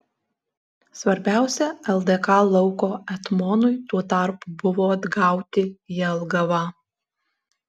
svarbiausia ldk lauko etmonui tuo tarpu buvo atgauti jelgavą